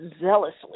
zealously